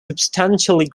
substantially